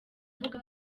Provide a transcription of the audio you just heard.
avuga